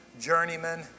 journeyman